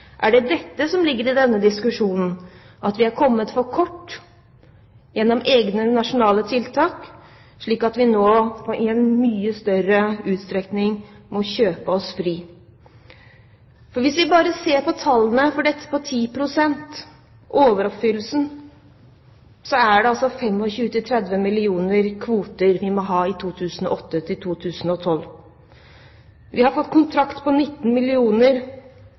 Et det dette som ligger i denne diskusjonen – at vi er kommet for kort gjennom egne nasjonale tiltak, slik at vi nå i mye større utstrekning må kjøpe oss fri? Hvis vi bare ser på tallene for dette – 10 pst., overoppfyllelsen – er det altså 25–30 millioner kvoter vi må ha i 2008–2012. Vi har fått kontrakt på 19 millioner